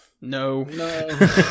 no